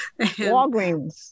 Walgreens